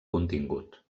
contingut